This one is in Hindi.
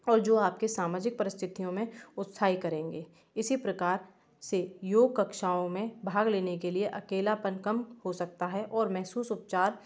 और जो आपकी सामाजिक परिस्थितियों मे उत्साही करेंगे इसी प्रकार से योग कक्षाओ में भाग लेने के लिए अकेलापन कम हो सकता है और महसूस उपचार